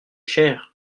cher